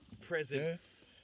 Presence